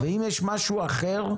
אם יש משהו אחר,